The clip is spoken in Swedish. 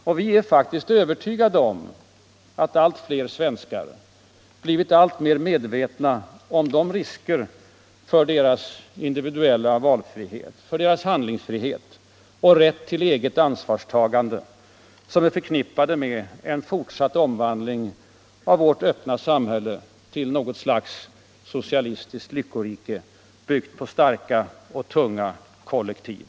Och vi är faktiskt övertygade om att allt fler svenskar blivit alltmer medvetna om de risker för deras individuella valfrihet, för deras handlingsfrihet och rätt till eget ansvarstagande, som är förknippade med en fortsatt omvandling av vårt öppna samhälle till något slags socialistiskt lyckorike, byggt på starka och tunga kollektiv.